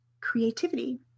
creativity